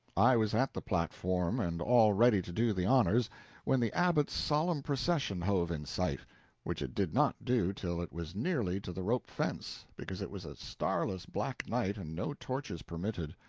i was at the platform and all ready to do the honors when the abbot's solemn procession hove in sight which it did not do till it was nearly to the rope fence, because it was a starless black night and no torches permitted.